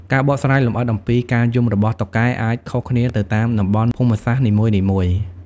ការបកស្រាយលម្អិតអំពីការយំរបស់តុកែអាច ខុសគ្នាទៅតាមតំបន់ ភូមិសាស្ត្រនីមួយៗ។